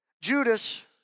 Judas